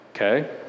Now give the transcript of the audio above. okay